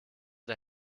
der